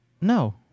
No